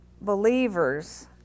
believers